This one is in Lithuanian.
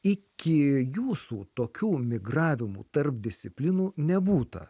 iki jūsų tokių migravimų tarp disciplinų nebūta